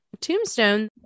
tombstone